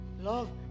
love